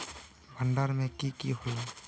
भण्डारण में की की होला?